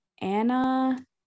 Anna